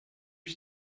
ich